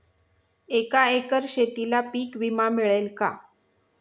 एका एकर शेतीला पीक विमा मिळेल का?